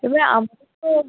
এবার আমাদের তো